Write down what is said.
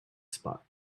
spot